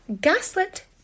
Gaslit